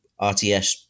RTS